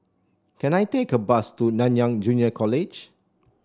can I take a bus to Nanyang Junior College